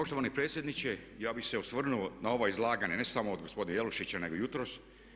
Poštovani predsjedniče, ja bih se osvrnuo na ova izlaganja ne samo od gospodina Jelušića nego i jutros.